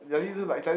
yeah